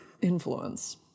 Influence